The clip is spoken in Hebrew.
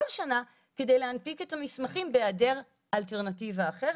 שנה כדי להנפיק את המסמכים בהיעדר אלטרנטיבה אחרת.